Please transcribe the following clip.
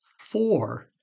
four